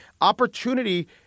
opportunity